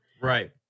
Right